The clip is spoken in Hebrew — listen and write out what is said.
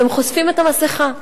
אתם חושפים את המסכה,